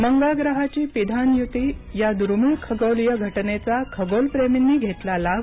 मंगळ ग्रहाची पिधान युती या दुर्मीळ खगोलीय घटनेचा खगोलप्रेमींना घेतला लाभ